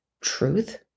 truth